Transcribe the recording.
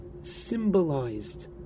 Symbolized